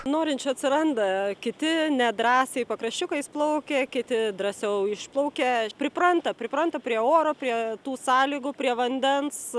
norinčių atsiranda kiti nedrąsiai pakraščiukais plaukia kiti drąsiau išplaukia pripranta pripranta prie oro prie tų sąlygų prie vandens